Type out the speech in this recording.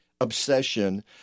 obsession